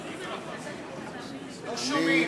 לא שומעים.